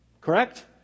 Correct